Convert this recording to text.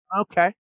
Okay